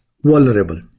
vulnerable